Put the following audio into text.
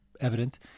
evident